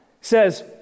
says